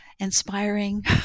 inspiring